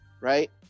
right